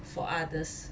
for others